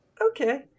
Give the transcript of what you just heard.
okay